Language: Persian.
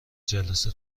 جلسه